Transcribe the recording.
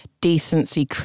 decency